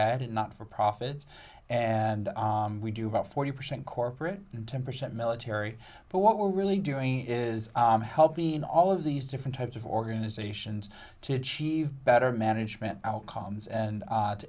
added not for profit and we do about forty percent corporate and ten percent military but what we're really doing is helping all of these different types of organizations to achieve better management outcomes and